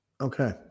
Okay